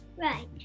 Right